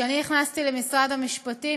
כשאני נכנסתי למשרד המשפטים,